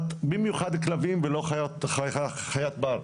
במיוחד כלבים ולא חיית בר.